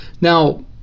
Now